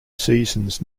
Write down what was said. seasons